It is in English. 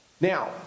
Now